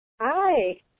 Hi